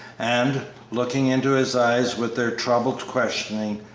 and, looking into his eyes with their troubled questioning,